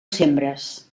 sembres